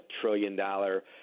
trillion-dollar